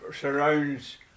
surrounds